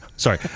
Sorry